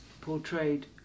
portrayed